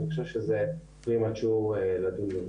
אני חושב שמוקדם לדון בכך.